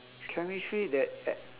chemistry that at